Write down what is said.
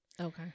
Okay